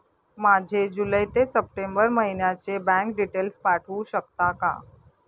माझे जुलै ते सप्टेंबर महिन्याचे बँक डिटेल्स पाठवू शकता का?